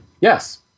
yes